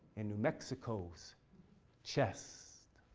in new mexico's chest.